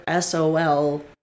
SOL